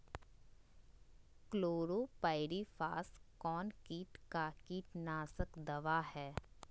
Chlorpyrifos कौन किट का कीटनाशक दवा है?